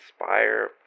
inspire